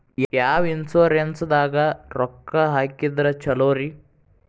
ಯಾವ ಇನ್ಶೂರೆನ್ಸ್ ದಾಗ ರೊಕ್ಕ ಹಾಕಿದ್ರ ಛಲೋರಿ?